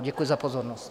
Děkuji za pozornost.